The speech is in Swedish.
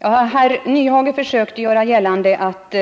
Herr Nyhage försökte göra gällande att